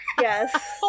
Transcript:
Yes